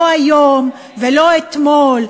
לא היום ולא אתמול,